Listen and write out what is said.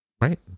Right